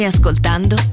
Ascoltando